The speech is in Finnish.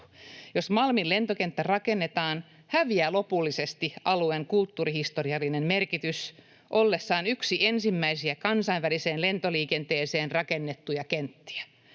Jos Malmin lentokenttä rakennetaan, häviää alueen kulttuurihistoriallinen merkitys lopullisesti Malmin ollessa yksi ensimmäisiä kansainväliseen lentoliikenteeseen rakennettuja kenttiä.